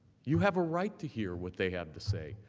you have a right to hear what they have to say,